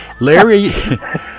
Larry